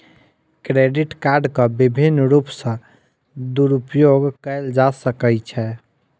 credit कार्डक विभिन्न रूप सॅ दुरूपयोग कयल जा सकै छै